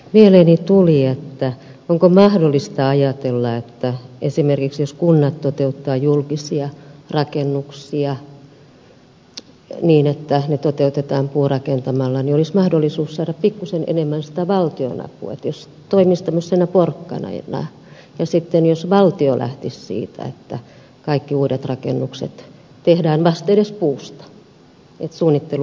mieleeni tuli onko mahdollista ajatella että esimerkiksi jos kunnat toteuttavat julkisia rakennuksia niin että ne toteutetaan puurakentamalla niin olisi mahdollisuus saada pikkuisen enemmän sitä valtionapua jos se toimisi tämmöisenä porkkanana ja jos valtio lähtisi siitä että kaikki uudet rakennukset tehdään vastedes puusta että suunnittelun lähtökohta olisi se